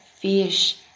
fish